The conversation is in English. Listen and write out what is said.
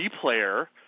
player